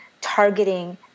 targeting